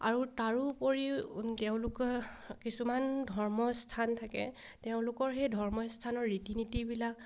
আৰু তাৰোপৰিও তেওঁলোকে কিছুমান ধৰ্মস্থান থাকে তেওঁলোকৰ সেই ধৰ্মস্থানৰ ৰীতি নীতিবিলাক